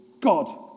God